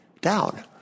down